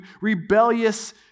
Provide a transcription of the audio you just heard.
rebellious